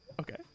Okay